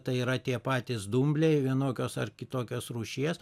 tai yra tie patys dumbliai vienokios ar kitokios rūšies